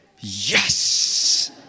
yes